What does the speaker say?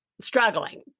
struggling